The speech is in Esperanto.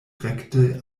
rekte